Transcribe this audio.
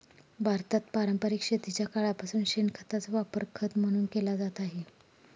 भारतात पारंपरिक शेतीच्या काळापासून शेणखताचा वापर खत म्हणून केला जात आहे